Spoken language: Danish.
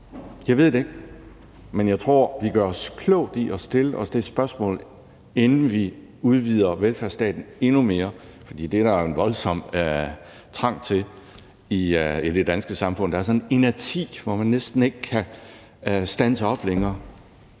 Jeg ved det ikke, men jeg tror, vi gør klogt i at stille os det spørgsmål, inden vi udvider velfærdsstaten endnu mere. For det er der en voldsom trang til i det danske samfund. Der er sådan en inerti, hvor man næsten ikke kan standse op længere.